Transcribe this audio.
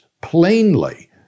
plainly